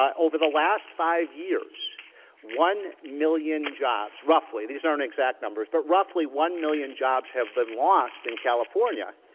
ah over the last five years one million jobs, roughly these aren't exact numbers, but roughly one million jobs have been lost in california,